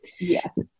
yes